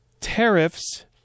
tariffs